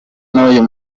n’uyu